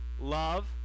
love